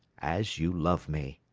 as you love me,